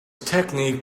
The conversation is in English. technique